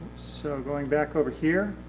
so going back over here.